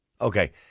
Okay